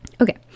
Okay